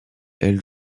elle